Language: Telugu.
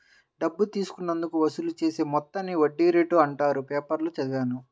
డబ్బు తీసుకున్నందుకు వసూలు చేసే మొత్తాన్ని వడ్డీ రేటు అంటారని పేపర్లో చదివాను